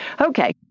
Okay